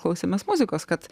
klausėmės muzikos kad